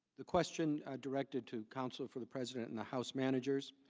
the question directed to counsel for the president and house managers,